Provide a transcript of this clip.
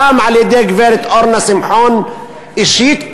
גם על-ידי גברת אורנה שמחון אישית,